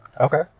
Okay